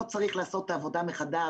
לא צריך לעשות את העבודה מחדש.